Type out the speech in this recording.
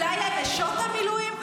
--- אולי לנשות המילואים?